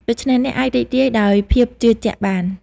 ដូច្នេះ អ្នកអាចរីករាយដោយភាពជឿជាក់បាន។